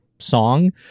Song